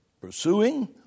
pursuing